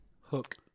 Hook